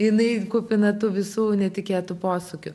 jinai kupina tų visų netikėtų posūkių